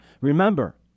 Remember